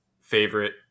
favorite